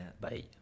bye